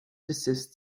desist